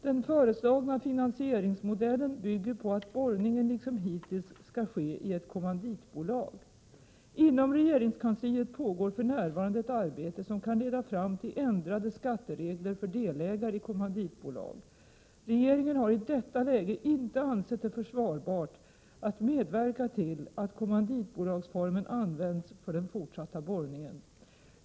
Den föreslagna finansieringsmodellen bygger på att borrningen liksom hittills skall ske i ett kommanditbolag. Inom regeringskansliet pågår för närvarande ett arbete som kan leda fram till ändrade skatteregler för delägare i kommanditbolag. Regeringen har i detta läge inte ansett det försvarbart att medverka till att kommanditbolagsformen används för den fortsatta borrningen.